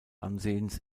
ansehens